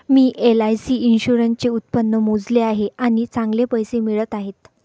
मी LIC इन्शुरन्सचे उत्पन्न मोजले आहे आणि चांगले पैसे मिळत आहेत